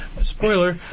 Spoiler